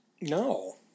No